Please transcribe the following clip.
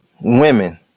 women